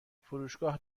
فروشگاه